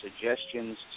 suggestions